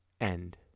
end